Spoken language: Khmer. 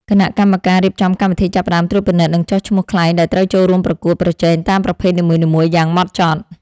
គណៈកម្មការរៀបចំកម្មវិធីចាប់ផ្ដើមត្រួតពិនិត្យ និងចុះឈ្មោះខ្លែងដែលត្រូវចូលរួមប្រកួតប្រជែងតាមប្រភេទនីមួយៗយ៉ាងហ្មត់ចត់។